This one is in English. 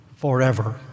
forever